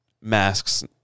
Masks